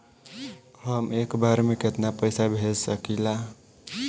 हम एक बार में केतना पैसा भेज सकिला?